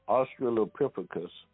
Australopithecus